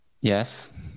Yes